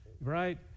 right